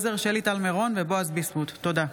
תודה.